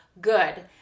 good